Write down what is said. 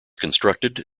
constructed